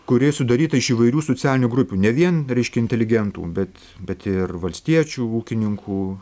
kuri sudaryta iš įvairių socialinių grupių ne vien reiškia inteligentų bet bet ir valstiečių ūkininkų